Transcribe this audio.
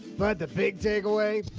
but the big take away.